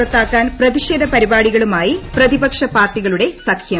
പുറത്താക്കാൻ പ്രതിഷേധ പരിപാടികളുമായി പ്രതിപക്ഷ പാർട്ടികളുടെ സഖ്യം